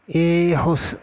এই শৌচ